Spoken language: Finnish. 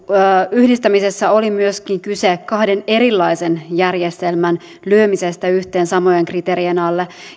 yhdistämisessä oli myöskin kyse kahden erilaisen järjestelmän lyömisestä yhteen samojen kriteerien alle